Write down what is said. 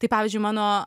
tai pavyzdžiui mano